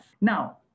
Now